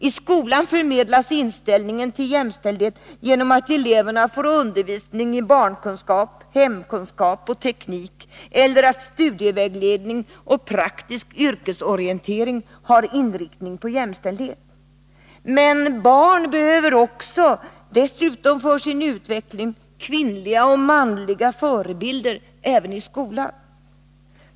I skolan förmedlas inställningen till jämställdhet genom att eleverna får undervisning i barnkunskap, hemkunskap och teknik eller genom att studievägledning och praktisk yrkesorientering är inriktade på jämställdhet. Men dessutom behöver barn för sin utveckling kvinnliga och manliga förebilder även i skolan.